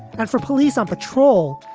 and for police on patrol.